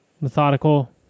methodical